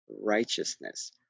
righteousness